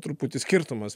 truputį skirtumas